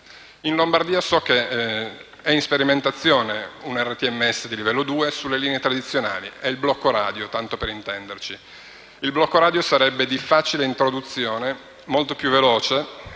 in Lombardia è in sperimentazione un ERTMS di livello 2 sulle linee tradizionali: è il blocco radio, tanto per intenderci. Il blocco radio sarebbe di facile introduzione, molto più veloce